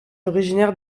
originaire